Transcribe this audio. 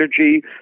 energy